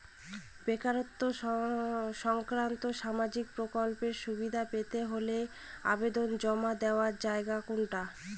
বেকারত্ব সংক্রান্ত সামাজিক প্রকল্পের সুবিধে পেতে হলে আবেদন জমা দেওয়ার জায়গা কোনটা?